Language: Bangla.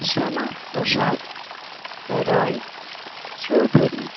শ্যামাপ্রসাদ রায়চৌধুরী